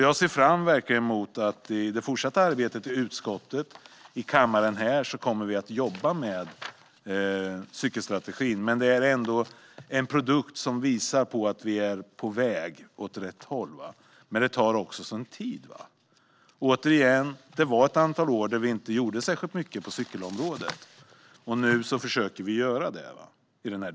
Jag ser fram emot att vi i det fortsatta arbetet i utskottet och här i kammaren kommer att jobba med cykelstrategin. Det är en produkt som visar att vi är på väg åt rätt håll, men det tar sin tid. Det var ett antal år när vi inte gjorde särskilt mycket på cykelområdet, och nu försöker vi göra det.